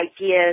ideas